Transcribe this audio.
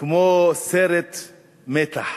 כמו סרט מתח.